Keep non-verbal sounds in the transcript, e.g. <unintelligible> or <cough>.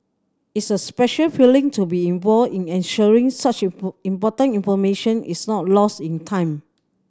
it's a special feeling to be involved in ensuring such <unintelligible> important information is not lost in time